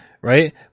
right